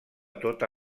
tota